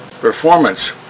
performance